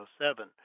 1907